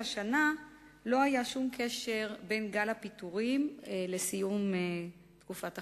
שהשנה לא היה שום קשר בין גל הפיטורים לסיום תקופת החגים.